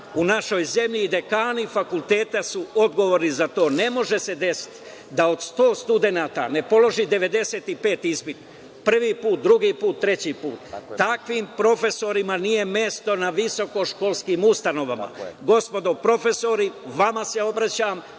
u našoj zemlji dekani fakulteta su odgovorni za to. Ne može se desiti da od 100 studenata ispit ne položi 95 prvi put, drugi put, treći put. Takvim profesorima nije mesto na visokoškolskim ustanovama. Gospodo profesori, vama se obraćam,